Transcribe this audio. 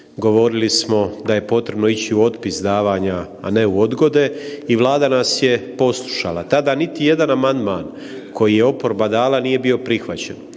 govorili smo da je potrebno ići u otpis davanja, a ne u odgode i Vlada nas je poslušala. Tada niti jedan amandman koji je oporba dala nije bio prihvaćen.